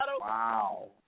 Wow